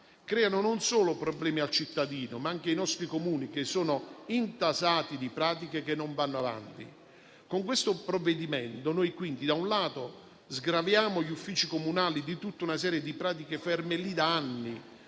problemi non solo al cittadino, ma anche ai nostri Comuni che sono intasati di pratiche che non vanno avanti. Con questo provvedimento quindi, da un lato, sgraviamo gli uffici comunali di tutta una serie di pratiche ferme da anni;